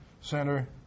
Center